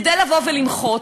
כדי לבוא ולמחות,